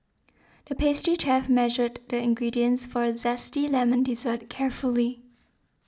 the pastry chef measured the ingredients for a Zesty Lemon Dessert carefully